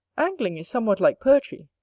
angling is somewhat like poetry,